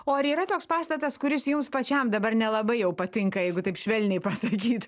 o ar yra toks pastatas kuris jums pačiam dabar nelabai patinka jeigu taip švelniai pasakyt